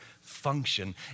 function